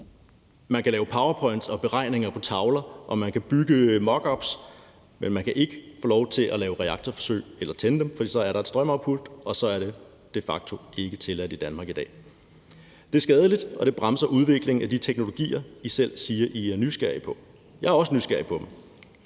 Man kan lave PowerPoints og beregninger på tavler, og man kan bygge mockups, men man kan ikke få lov til at lave reaktorforsøg eller tænde dem, for så er der et strømoutput, og så er det de facto ikke tilladt i Danmark i dag. Det er skadeligt, og det bremser udviklingen af de teknologier, I selv siger I er nysgerrige på. Jeg er også nysgerrig på dem.